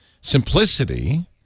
Simplicity